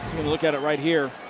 we'll look at it right here.